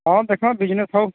ହଁ ଦେଖ ବିଜିନେସ ହଉ